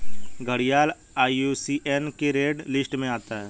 घड़ियाल आई.यू.सी.एन की red list में आता है